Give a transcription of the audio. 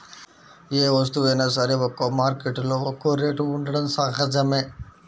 ఏ వస్తువైనా సరే ఒక్కో మార్కెట్టులో ఒక్కో రేటు ఉండటం సహజమే